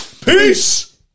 Peace